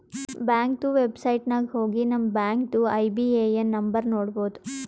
ಬ್ಯಾಂಕ್ದು ವೆಬ್ಸೈಟ್ ನಾಗ್ ಹೋಗಿ ನಮ್ ಬ್ಯಾಂಕ್ದು ಐ.ಬಿ.ಎ.ಎನ್ ನಂಬರ್ ನೋಡ್ಬೋದ್